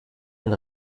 ein